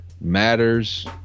matters